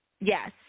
Yes